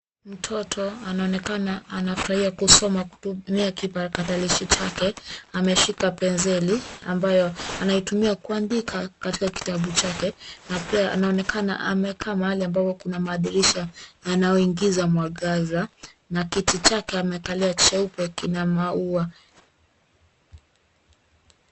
Mtoto anaonekana anafurahia kusoma kutumia kipatarakalishi chake. Ameshika penseli ambayo anaitumia kuandika katika kitabu chake na pia anaonekana amekaa mahali ambayo kuna madirisha yaanaoingiza mwagaza na kiti chake amekalia cheupe kinamaua.